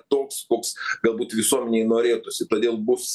toks koks galbūt visuomenei norėtųsi todėl bus